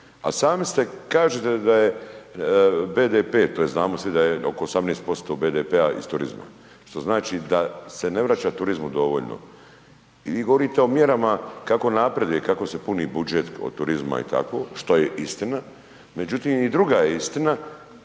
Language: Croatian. a sami ste, kažete da je BDP, to znamo svi da je oko 18% BDP-a iz turizma. Što znači da se ne vraća turizmu dovoljno. I vi govorite o mjerama kako napredujete, kako se puni budžet od turizma i tako, što je istina, međutim, i druga je istina,